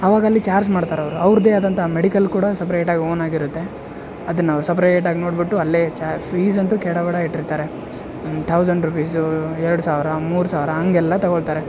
ಆವಾಗ ಅಲ್ಲಿ ಚಾರ್ಜ್ ಮಾಡ್ತಾರೆ ಅವರು ಅವ್ರದ್ದೇ ಆದಂಥ ಮೆಡಿಕಲ್ ಕೂಡ ಸಪ್ರೇಟಾಗಿ ಓನಾಗಿರುತ್ತೆ ಅದನ್ನು ಸಪ್ರೇಟಾಗಿ ನೋಡಿಬಿಟ್ಟು ಅಲ್ಲೇ ಚ ಫೀಸ್ ಅಂತು ಕೆಡಬಡ ಇಟ್ಟಿರ್ತಾರೆ ಥೌಸಂಡ್ ರುಪೀಸು ಎರ್ಡು ಸಾವಿರ ಮೂರು ಸಾವಿರ ಹಂಗೆಲ್ಲ ತೊಗೋಳ್ತಾರೆ